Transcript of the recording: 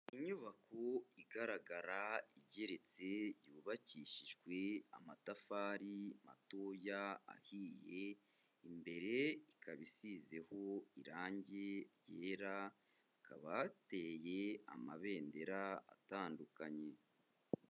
Inyubako igaragara igeretse yubakishijwe amatafari matoya ahiye, imbere ikaba isizeho irangi ryera, hakaba hateye amabendera atandukanye.